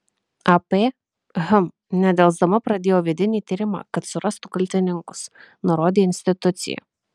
ap hm nedelsdama pradėjo vidinį tyrimą kad surastų kaltininkus nurodė institucija